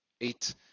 eight